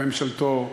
לממשלתו,